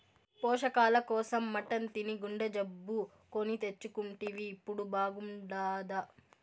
పోషకాల కోసం మటన్ తిని గుండె జబ్బు కొని తెచ్చుకుంటివి ఇప్పుడు బాగుండాదా